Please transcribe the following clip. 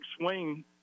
swing